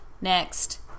next